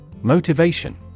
Motivation